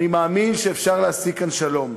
אני מאמין שאפשר להשיג כאן שלום.